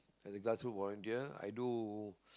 as a glass food volunteer i do